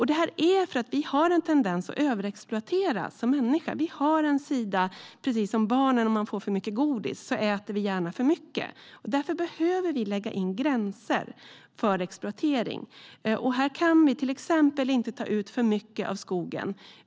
Det här är för att vi människor har en tendens att överexploatera. Precis som barn som får för mycket godis äter vi gärna för mycket. Därför behöver vi lägga in gränser för exploatering. Vi kan till exempel inte ta ut för mycket av skogen.